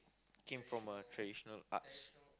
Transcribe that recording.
came from a traditional arts